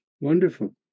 wonderful